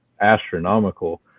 astronomical